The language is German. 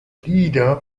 lieder